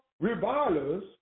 revilers